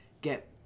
get